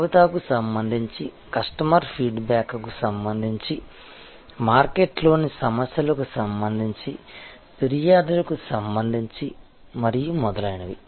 జాబితాకు సంబంధించి కస్టమర్ ఫీడ్బ్యాక్కు సంబంధించి మార్కెట్లోని సమస్యలకు సంబంధించి ఫిర్యాదులకు సంబంధించి మరియు మొదలైనవి